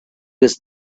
was